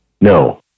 No